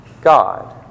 God